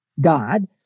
God